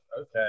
okay